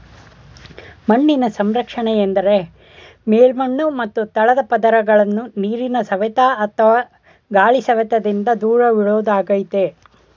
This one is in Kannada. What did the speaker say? ಮಣ್ಣಿನ ಸಂರಕ್ಷಣೆ ಎಂದರೆ ಮೇಲ್ಮಣ್ಣು ಮತ್ತು ತಳದ ಪದರಗಳನ್ನು ನೀರಿನ ಸವೆತ ಅಥವಾ ಗಾಳಿ ಸವೆತದಿಂದ ದೂರವಿಡೋದಾಗಯ್ತೆ